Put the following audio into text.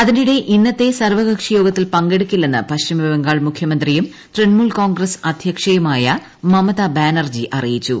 അതിനിടെ ഇന്നത്തെ സർവ്വകക്ഷി യോഗത്തിൽ പങ്കെടുക്കില്ലെന്ന് പശ്ചിമ ബംഗാൾ മുഖ്യമന്ത്രിയും തൃണമൂൽ കോൺഗ്രസ് അധ്യക്ഷയുമായ മമതാ ബാനർജി അറിയിച്ചു